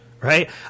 Right